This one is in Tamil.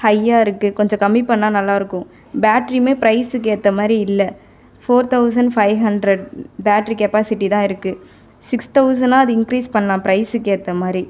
ஹையாக இருக்குது கொஞ்சம் கம்மி பண்ணிணா நல்லாயிருக்கும் பேட்ரியுமே ப்ரைஸ்க்கு ஏற்ற மாதிரி இல்லை four thousand five hundred battery capacity தான் இருக்குது சிக்ஸ் தவுசணா அது இன்கிரீஸ் பண்ணலாம் ப்ரைஸ்க்கு ஏற்ற மாதிரி